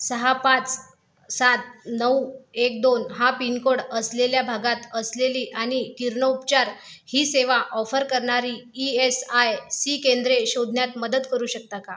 सहा पाच सात नऊ एक दोन हा पिनकोड असलेल्या भागात असलेली आणि किरणोपचार ही सेवा ऑफर करणारी ई एस आय सी केंद्रे शोधण्यात मदत करू शकता का